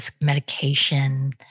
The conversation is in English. medication